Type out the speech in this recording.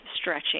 stretching